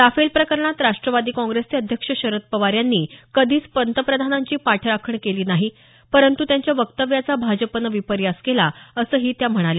Rafale प्रकरणात राष्ट्रवादी काँग्रेसचे अध्यक्ष शरद पवार यांनी कधीच प्रधानमंत्र्यांची पाठराखण केली नाही परंतु त्यांच्या वक्तव्याचा भाजपानं विपऱ्यास केला असंही त्या म्हणाल्या